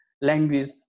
language